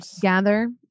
gather